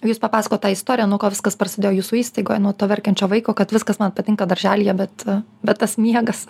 jūs papasakojot tą istoriją nuo ko viskas prasidėjo jūsų įstaigoje nuo to verkiančio vaiko kad viskas man patinka darželyje bet bet tas miegas